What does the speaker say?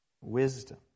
Wisdom